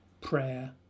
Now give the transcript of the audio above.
prayer